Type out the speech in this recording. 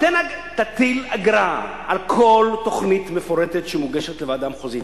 תטיל אגרה על כל תוכנית מפורטת שמוגשת לוועדה המחוזית.